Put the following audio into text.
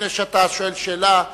לפני שאתה שואל שאלה,